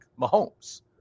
Mahomes